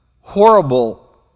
horrible